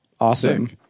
awesome